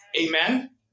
Amen